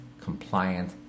compliant